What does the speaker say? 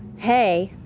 hey.